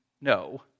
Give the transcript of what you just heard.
No